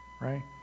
right